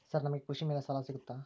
Sir ನಮಗೆ ಕೃಷಿ ಮೇಲೆ ಸಾಲ ಸಿಗುತ್ತಾ?